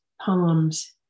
poems